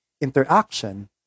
interaction